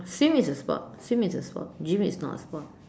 swim is a sport swim is a sport gym is not a sport